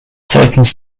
titans